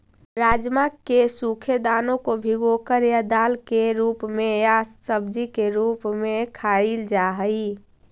राजमा के सूखे दानों को भिगोकर या दाल के रूप में या सब्जी के रूप में खाईल जा हई